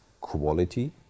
quality